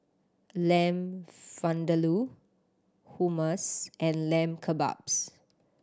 Lamb Vindaloo Hummus and Lamb Kebabs